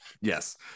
Yes